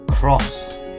Cross